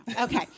Okay